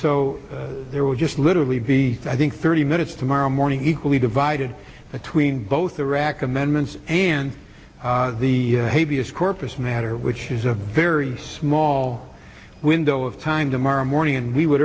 so there was just literally be i think thirty minutes tomorrow morning equally divided between both iraq amendments and the a b s corpus matter which is a very small window of time tomorrow morning and we would